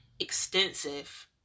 extensive